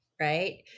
right